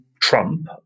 Trump